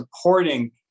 supporting